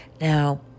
Now